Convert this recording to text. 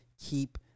keep